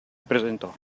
presentò